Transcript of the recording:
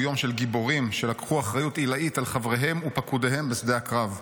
הוא יום של גיבורים שלקחו אחריות עילאית על חבריהם ופקודיהם בשדה הקרב.